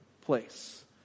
place